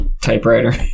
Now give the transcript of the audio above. typewriter